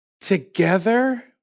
Together